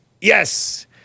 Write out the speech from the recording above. Yes